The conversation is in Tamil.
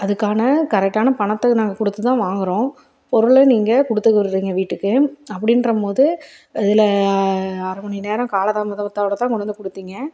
அதுக்கான கரெக்டான பணத்தை நாங்கள் கொடுத்து தான் வாங்குறோம் பொருளை நீங்கள் கொடுத்து விடுறீங்க வீட்டுக்கு அப்படின்றம்மோது அதில் அரை மணிநேரம் காலதாமதத்தோடு தான் கொண்டு வந்து கொடுத்தீங்க